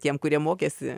tiem kurie mokėsi